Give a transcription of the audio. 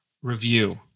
review